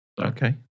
Okay